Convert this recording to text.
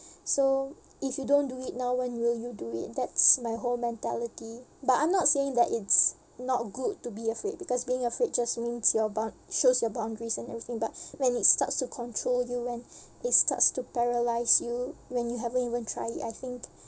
so if you don't do it now when will you do it that's my whole mentality but I'm not saying that it's not good to be afraid because being afraid just means your boun~ shows your boundaries and everything but when it starts to control you when it starts to paralyse you when you haven't even try it I think